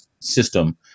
system